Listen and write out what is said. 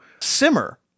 simmer